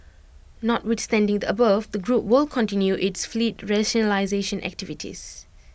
notwithstanding the above the group will continue its fleet rationalisation activities